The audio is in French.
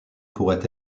pourrait